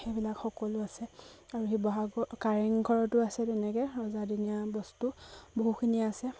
সেইবিলাক সকলো আছে আৰু শিৱসাগৰ কাৰেংঘৰতো আছে তেনেকৈ ৰজা দিনীয়া বস্তু বহুখিনি আছে